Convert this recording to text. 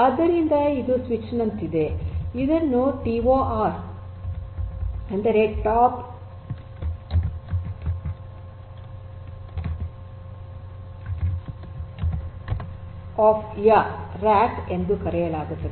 ಆದ್ದರಿಂದ ಇದು ಸ್ವಿಚ್ ನಂತಿದೆ ಮತ್ತು ಇದನ್ನು ಟಿಓಆರ್ ಎಂದರೆ ಟಾಪ್ ಆಫ್ ರ್ಯಾಕ್ ಎಂದು ಕರೆಯಲಾಗುತ್ತದೆ